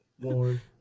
more